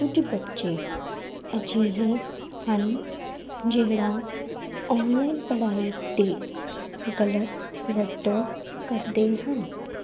ਕੁਝ ਬੱਚੇ ਅਜਿਹੇ ਹਨ ਜਿਹੜਾ ਆਨਲਾਈਨ ਪੜ੍ਹਾਈ ਅਤੇ ਗਲਤ ਵਰਤੋਂ ਕਰਦੇ ਹਨ